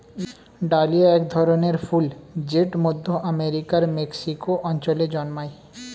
dahlia এক ধরনের ফুল জেট মধ্য আমেরিকার মেক্সিকো অঞ্চলে জন্মায়